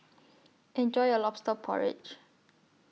Enjoy your Lobster Porridge